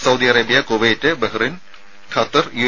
Saudi Arabia Kuwait Bahrain Qatar U